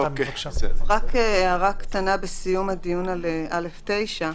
רק הערה קטנה בסיום הדיון על (א)(9).